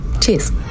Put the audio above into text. Cheers